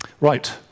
Right